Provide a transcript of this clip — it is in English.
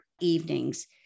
evenings